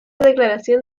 declaración